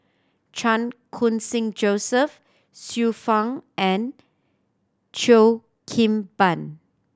Chan Khun Sing Joseph Xiu Fang and Cheo Kim Ban